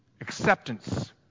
Acceptance